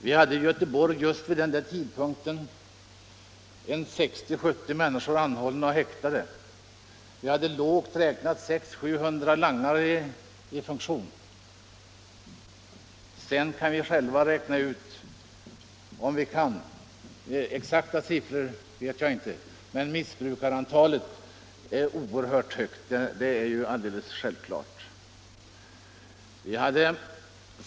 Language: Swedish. Vi hade i Göteborg just vid denna tidpunkt 60-70 människor anhållna och häktade. Vi hade lågt räknat 600-700 langare i aktion. Sedan kan vi själva räkna ut — några exakta siffror har jag inte — att missbrukarantalet måste vara oerhört stort.